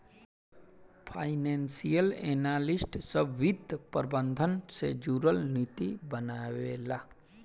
financial analyst सभ वित्त प्रबंधन से जुरल नीति के बनावे ला